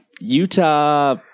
Utah